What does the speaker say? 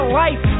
life